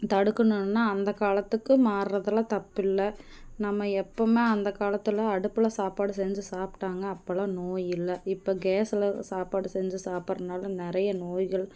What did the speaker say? தடுக்கணும்னா அந்த காலத்துக்கும் மாறுறதுல தப்பு இல்லை நம்ம எப்புவுமே அந்த காலத்தில் அடுப்பில சாப்பாடு செஞ்சு சாப்பிட்டாங்க அப்பெல்லாம் நோய் இல்லை இப்போ கேஸ்ல சாப்பாடு செஞ்சு சாப்பிட்றனால நிறைய நோய்கள்